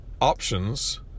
options